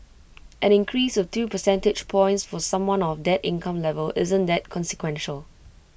an increase of two percentage points for someone of that income level isn't that consequential